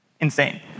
Insane